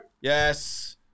Yes